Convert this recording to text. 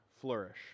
flourish